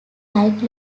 like